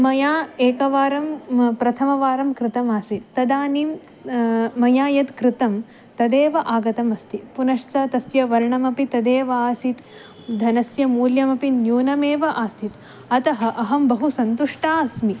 मया एकवारं प्रथमवारं कृतमासीत् तदानीं मया यद् कृतं तदेव आगतम् अस्ति पुनश्च तस्य वर्णमपि तदेव आसीत् धनस्य मूल्यमपि न्यूनमेव आसीत् अतः अहं बहु सन्तुष्टा अस्मि